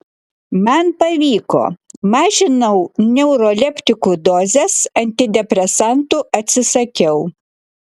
man pavyko mažinau neuroleptikų dozes antidepresantų atsisakiau